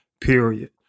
period